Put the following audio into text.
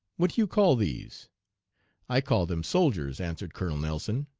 what do you call these i call them soldiers answered colonel nelson.